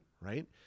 right